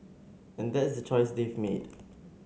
and that's the choice they've made